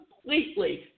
completely